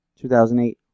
2008